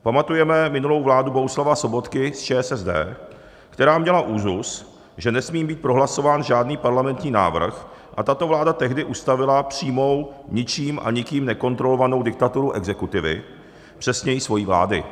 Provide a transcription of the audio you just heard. Pamatujeme minulou vládu Bohuslava Sobotky z ČSSD, která měla úzus, že nesmí být prohlasován žádný parlamentní návrh, a tato vláda tehdy ustavila přímou, ničím a nikým nekontrolovanou diktaturu exekutivy, přesněji svojí vlády.